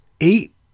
eight